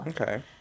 Okay